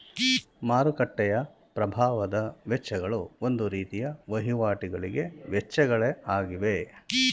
ಮಾರುಕಟ್ಟೆಯ ಪ್ರಭಾವದ ವೆಚ್ಚಗಳು ಒಂದು ರೀತಿಯ ವಹಿವಾಟಿಗಳಿಗೆ ವೆಚ್ಚಗಳ ಆಗಿವೆ